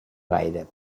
gaire